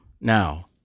Now